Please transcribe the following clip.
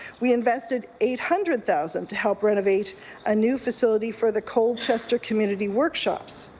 we invested eight hundred thousand to help renovate a new facility for the colchester community workshop. so